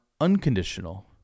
unconditional